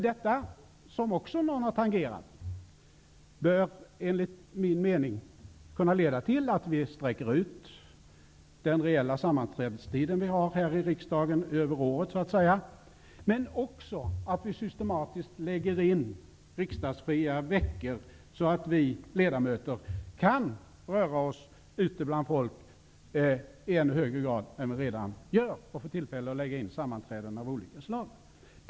Detta bör, enligt min mening, kunna leda till att vi sträcker ut den reella sammanträdestiden i riksdagen över året, vilket någon här har tangerat tidigare. Vi bör också systematiskt kunna lägga in riksdagsfria veckor, så att vi riksdagsledamöter kan röra oss ute bland folk i ännu högre grad än vi redan gör och ha tillfälle att lägga in andra sammanträden av olika slag.